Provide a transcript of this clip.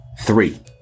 Three